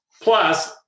Plus